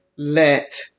Let